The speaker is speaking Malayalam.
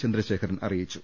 ചന്ദ്രശേഖരൻ അറി യിച്ചു